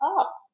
up